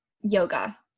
yoga